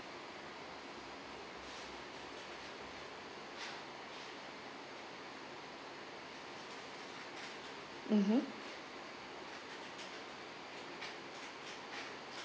mmhmm